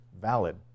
Valid